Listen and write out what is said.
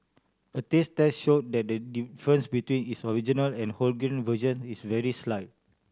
a taste test showed that the difference between its original and wholegrain versions is very slight